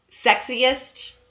Sexiest